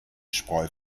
spreu